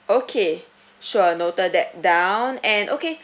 okay sure noted that down and okay